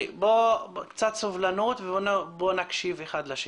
קצת סובלנות ובואו נקשיב אחד לשני.